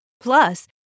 Plus